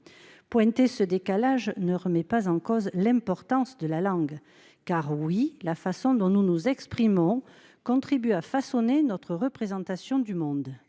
Pointer ce décalage ne remet pas en cause l’importance de la langue ; car oui, la façon dont nous nous exprimons contribue à façonner notre représentation du monde.